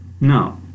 no